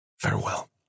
Farewell